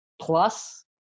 plus